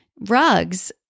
Rugs